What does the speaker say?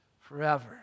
forever